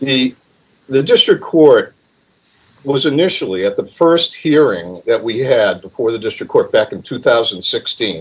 we the district court was initially at the st hearing that we had before d the district court back in two thousand and sixteen